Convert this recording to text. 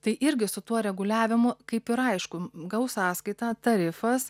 tai irgi su tuo reguliavimu kaip ir aišku gaus sąskaitą tarifas